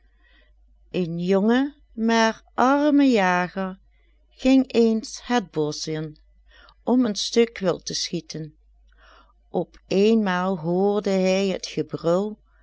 een jonge maar arme jager ging eens het bosch in om een stuk wild te schieten op eenmaal hoorde hij het gebrul